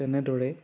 তেনেদৰে